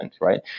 right